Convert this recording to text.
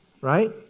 right